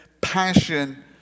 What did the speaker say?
passion